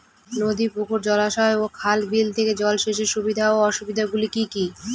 নদী পুকুর জলাশয় ও খাল বিলের থেকে জল সেচের সুবিধা ও অসুবিধা গুলি কি কি?